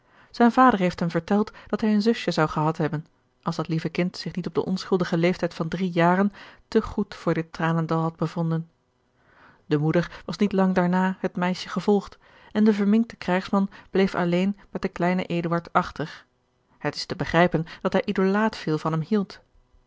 zijn vader heeft hem verteld dat hij een zusje zou gehad hebben als dat lieve kind zich niet op den onschuldigen leeftijd van drie jaren te goed voor dit tranendal had bevonden de moeder was niet lang daarna het meisje gevolgd en de verminkte krijgsman bleef alleen met den kleinen eduard achter het is te begrijpen dat hij idolaat veel van hem hield